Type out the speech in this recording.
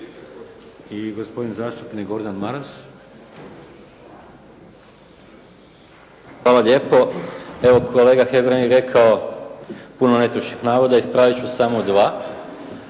Hvala lijepo. Evo kolega Hebrang je rekao puno netočnih navoda, ispraviti ću samo dva.